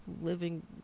living